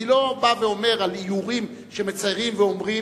אני לא בא ואומר על איורים שמציירים ואומרים